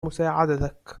مساعدتك